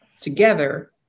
together